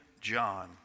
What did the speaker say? John